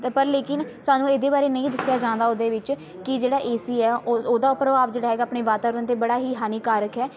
ਪਰ ਲੇਕਿਨ ਸਾਨੂੰ ਇਹਦੇ ਬਾਰੇ ਨਹੀਂ ਦੱਸਿਆ ਜਾਂਦਾ ਉਹਦੇ ਵਿੱਚ ਕਿ ਜਿਹੜਾ ਏ ਸੀ ਹੈ ਉ ਉਹਦਾ ਪ੍ਰਭਾਵ ਜਿਹੜਾ ਹੈਗਾ ਆਪਣੇ ਵਾਤਾਵਰਨ 'ਤੇ ਬੜਾ ਹੀ ਹਾਨੀਕਾਰਕ ਹੈ